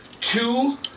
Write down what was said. two